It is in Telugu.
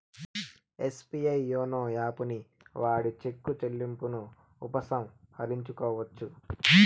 ఎస్బీఐ యోనో యాపుని వాడి చెక్కు చెల్లింపును ఉపసంహరించుకోవచ్చు